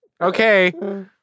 Okay